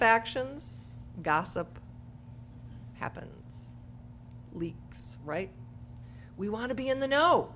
factions gossip happens leaks right we want to be in